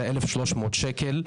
זה 1,300 שקל.